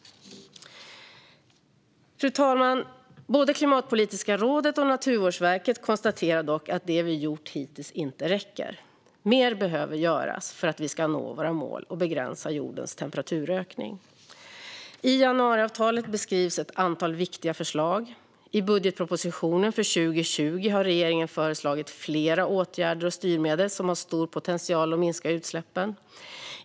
Fru talman! Både Klimatpolitiska rådet och Naturvårdsverket konstaterar dock att det vi gjort hittills inte räcker. Mer behöver göras för att vi ska nå våra mål och begränsa jordens temperaturökning. I januariavtalet beskrivs ett antal viktiga förslag. I budgetpropositionen för 2020 har regeringen föreslagit flera åtgärder och styrmedel som har stor potential att minska utsläppen.